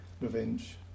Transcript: revenge